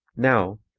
now,